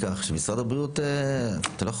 על כך שצריכה להיות נקודה של משרד הבריאות שיודעת לתת מענה אם